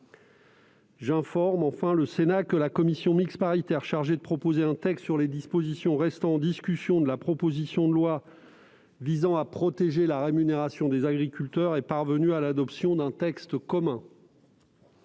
J'informe le Sénat que la commission mixte paritaire chargée de proposer un texte sur les dispositions restant en discussion de la proposition de loi visant à protéger la rémunération des agriculteurs est parvenue à l'adoption d'un texte commun.